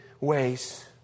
ways